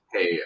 hey